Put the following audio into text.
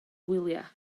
gwyliau